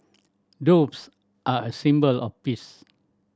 doves are a symbol of peace